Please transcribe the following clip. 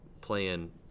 playing